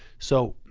so